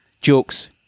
Jokes